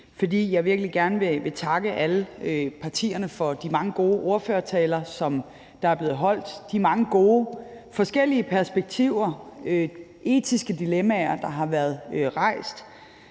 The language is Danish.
jeg virkelig gerne vil takke alle partierne for de mange gode ordførertaler, som der er blevet holdt, for de mange gode forskellige perspektiver, etiske dilemmaer, der har været rejst,